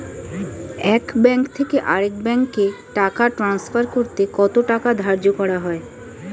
এক ব্যাংক থেকে আরেক ব্যাংকে টাকা টান্সফার করতে কত টাকা ধার্য করা হয়?